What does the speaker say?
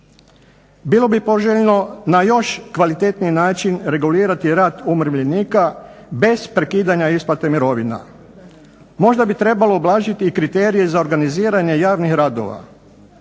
Bilo bi poželjno na još kvalitetniji način regulirati rad umirovljenika bez prekidanja isplata mirovina. Možda bi trebalo ublažiti i kriterije za organiziranje javnih radova